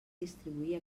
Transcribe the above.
distribuir